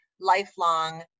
lifelong